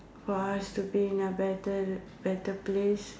for us to be in a better better place